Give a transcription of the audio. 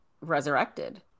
resurrected